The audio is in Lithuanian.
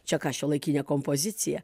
čia ką šiuolaikinė kompozicija